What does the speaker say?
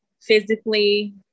physically